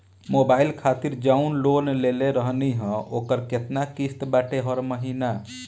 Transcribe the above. Mobile खातिर जाऊन loan लेले रहनी ह ओकर केतना किश्त बाटे हर महिना?